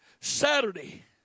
Saturday